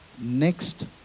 next